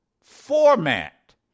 format